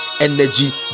energy